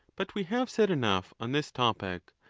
but we have said enough on this topic,